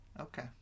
Okay